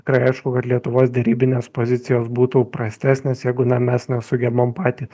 tikrai aišku kad lietuvos derybinės pozicijos būtų prastesnės jeigu na mes nesugebam patys